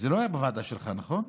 זה לא היה בוועדה שלך, נכון?